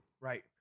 Right